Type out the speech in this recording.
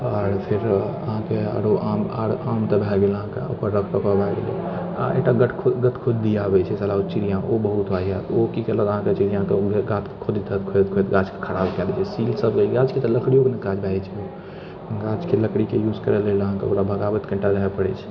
आओर फिर अहाँकेँ आरो आम आर आमके भए गेल अहाँकेँ ओकर रख रखाव भए गेलै आ एकटा गतखोदनि गतखोदनि आबैत छै साला ओ चिड़ियाँ ओ बहुत वाहिआत ओ की केलक अहाँकेँ चिड़ियाँ ओ गाछ खोदि खोदि गाछ खराब कय दै छै सील सभ गाछके तऽ लकड़ियोके नहि काज भए जाइत छै बहुत गाछके लकड़ीके यूज करै लै अहाँके ओकरा भगाबै कनिटा लेइ पड़ैत छै